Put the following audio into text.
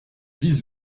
vise